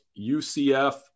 UCF